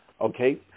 Okay